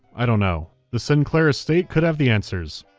i don't know, the sinclair estate could have the answers.